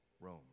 Rome